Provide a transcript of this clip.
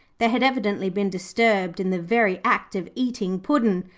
they had evidently been disturbed in the very act of eating puddin',